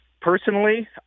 Personally